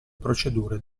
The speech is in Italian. procedure